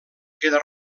queda